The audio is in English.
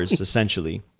essentially